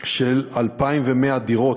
של 2,100 דירות.